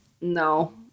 No